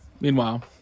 Meanwhile